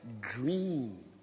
green